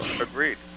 Agreed